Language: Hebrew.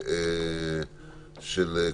שנייה ושלישית.